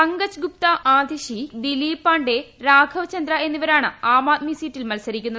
പങ്കജ് ഗുപ്ത അതിഷി ദിലീപ് പാണ്ഡേ രാഘവ് ചന്ദ്ര എന്നിവരാണ് ആം ആദ്മി സീറ്റിൽ മത്സരിക്കുന്നത്